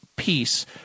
Peace